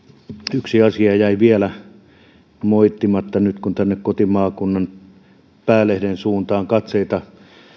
yksi asia jäi vielä moittimatta nyt kun kotimaakunnan päälehden suuntaan katseita